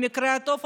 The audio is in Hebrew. במקרה הטוב,